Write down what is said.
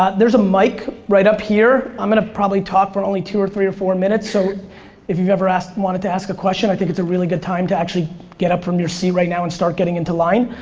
ah there's a mic right up here, i'm gonna probably talk for only two or three or four minutes, so if you've ever wanted to ask a question, i think it's a really good time to actually get up from your seat right now and start getting into line,